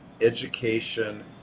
education